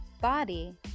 body